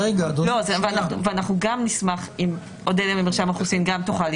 השאלה אם הכלי תואם את האמצעי שאנו מנסים